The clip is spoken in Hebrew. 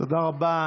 תודה רבה.